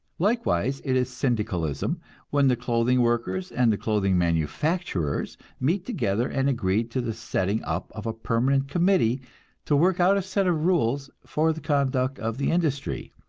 likewise it is syndicalism when the clothing workers and the clothing manufacturers meet together and agree to the setting up of a permanent committee to work out a set of rules for the conduct of the industry,